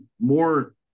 more